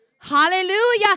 Hallelujah